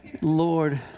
Lord